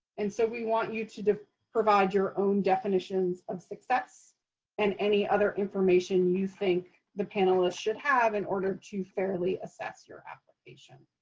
and so we want you to to provide your own definitions of success and any other information you think the panelists should have in order to fairly assess your application.